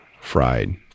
fried